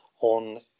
on